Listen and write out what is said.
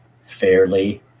fairly